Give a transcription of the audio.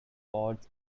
odds